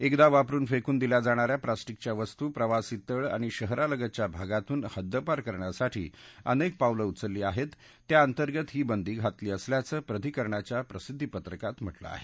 एकदा वापरुन फेकून दिल्या जाणा या प्लॅस्टिकच्या वस्तू प्रवासी तळ आणि शहरालगतच्या भागातून हद्दपार करण्यासाठी अनेक पावलं उचलली आहेत त्याअंतर्गत ही बंदी घातली असल्याचं प्राधिकरणाच्या प्रसिद्धीपत्रकात म्हटलं आहे